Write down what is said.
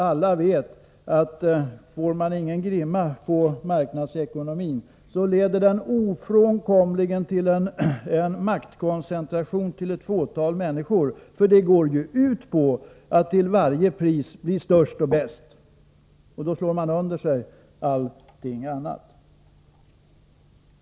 Alla vet att om man inte får någon grimma på marknadsekonomin, leder det ofrånkomligen till en maktkoncentration för ett fåtal människor. Det hela går ju ut på att till varje pris bli störst och bäst. Då slår man under sig allting annat.